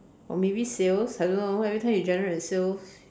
or maybe sales I don't know everytime you generate the sales